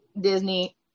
Disney